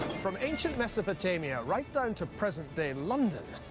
from ancient mesopotamia right down to present day london,